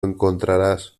encontrarás